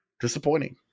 disappointing